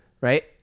Right